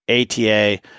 ATA